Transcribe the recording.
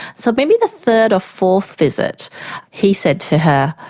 so maybe the third or fourth visit he said to her,